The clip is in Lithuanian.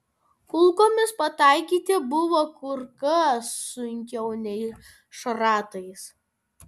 kulkomis pataikyti buvo kur kas sunkiau nei šratais